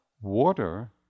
Water